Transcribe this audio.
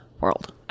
world